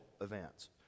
events